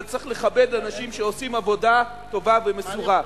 אבל צריך לכבד אנשים שעושים עבודה טובה ומסורה.